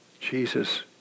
Jesus